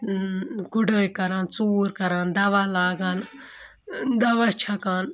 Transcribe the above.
گُڈٲے کَران ژوٗر کَران دَوا لاگان دَوا چھَکان